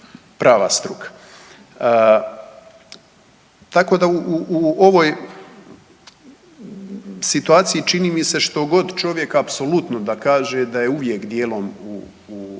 prava struka. Tako da u ovoj situaciji čini mi se što god čovjek apsolutno da kaže da je uvijek dijelom u krivu.